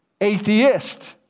atheist